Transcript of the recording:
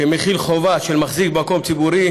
ומחילה חובה של מחזיק במקום ציבורי,